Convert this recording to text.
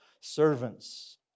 servants